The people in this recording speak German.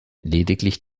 lediglich